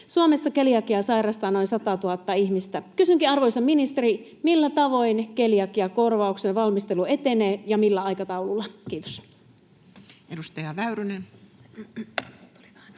Suomessa keliakiaa sairastaa noin 100 000 ihmistä. Kysynkin, arvoisa ministeri: millä tavoin keliakiakorvauksen valmistelu etenee ja millä aikataululla? — Kiitos. [Speech